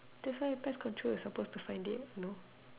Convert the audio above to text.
that's why pest control you suppose to find it no